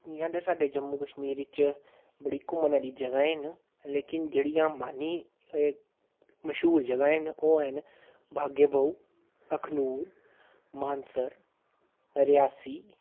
इ'यां ते साड्ढे जम्मू कश्मीर इच बड़ी घूमने आह्ली जगह् हैन लेकिन जेह्ड़ियां मानी मशहूर जगह् न ओह् हैन बागे बहु अखनूर मानसर रियासी